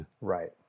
right